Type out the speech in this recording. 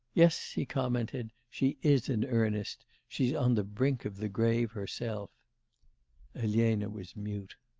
yes, he commented, she is in earnest she's on the brink of the grave herself elena was mute.